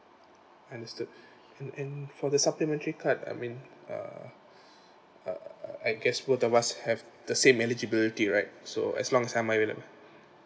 understood and and for the supplementary card I mean uh uh I guess both of us have the same eligibility right so as long as I'm